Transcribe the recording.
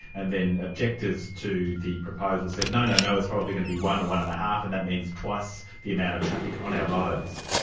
and then objectors to the proposal said no, no, it's probably going to be one or one and a half, and that means twice the amount of traffic on our roads.